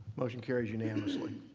motion carries unanimously.